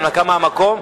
זו הנמקה מהמקום.